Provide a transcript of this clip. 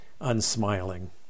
unsmiling